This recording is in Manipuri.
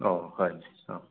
ꯑꯥ ꯍꯣꯏ ꯑ